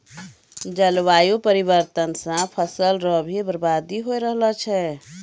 जलवायु परिवर्तन से फसल रो भी बर्बादी हो रहलो छै